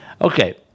Okay